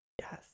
Yes